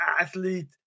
Athlete